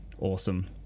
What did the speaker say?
awesome